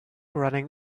running